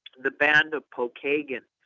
the band of pokagons,